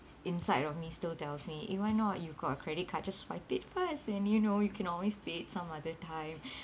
inside of me still tells me eh why not you got a credit card just swipe it first and you know you can always pay it some other time